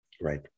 Right